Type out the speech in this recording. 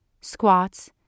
squats